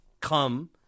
come